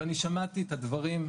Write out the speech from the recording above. ואני שמעתי את הדברים,